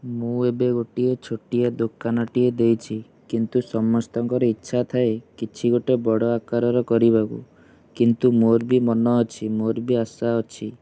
ମୁଁ ଏବେ ଗୋଟିଏ ଛୋଟିଆ ଦୋକାନ ଟିଏ ଦେଇଛି କିନ୍ତୁ ସମସ୍ତଙ୍କର ଇଚ୍ଛା ଥାଏ କିଛି ଗୋଟେ ବଡ ଆକାରର କରିବାକୁ କିନ୍ତୁ ମୋର ବି ମନ ଅଛି ମୋର ବି ଆଶା ଅଛି